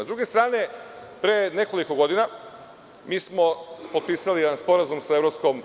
Sa druge strane, pre nekoliko godina potpisali smo jedan sporazum sa EU.